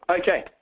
Okay